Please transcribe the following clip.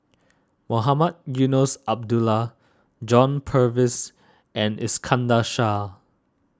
Mohamed Eunos Abdullah John Purvis and Iskandar Shah